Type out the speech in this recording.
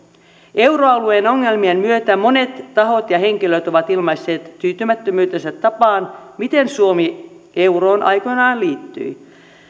euroalueen ongelmien myötä monet tahot ja henkilöt ovat ilmaisseet tyytymättömyytensä tapaan miten suomi euroon aikoinaan liittyi